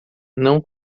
não